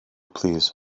plîs